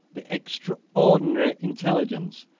the extraordinary intelligence,